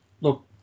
look